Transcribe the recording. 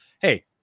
hey